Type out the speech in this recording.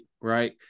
Right